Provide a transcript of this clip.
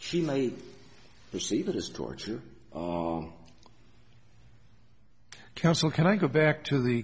she may perceive it as torture council can i go back to the